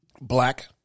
Black